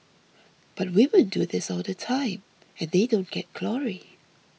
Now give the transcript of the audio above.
but women do this all the time and they don't get glory